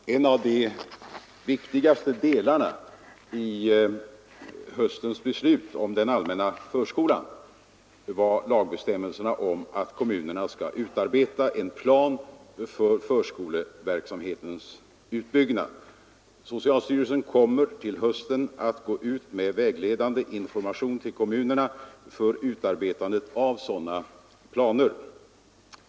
Herr talman! En av de viktigaste delarna i höstens beslut om den allmänna förskolan var lagbestämmelserna om att kommunerna skulle utarbeta en plan för förskoleverksamhetens utbyggnad. Socialstyrelsen kommer till hösten att gå ut med vägledande information till kommunerna för utarbetande av sådana planer.